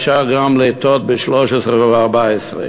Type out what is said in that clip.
אפשר גם לטעות ב-2013 וב-2014.